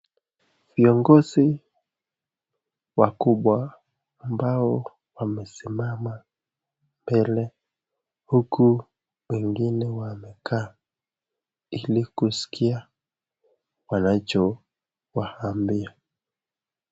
Viongozi wakubw ambao wamesimama mbele huku wengine wamekaa ili kuskia wanachowaambia.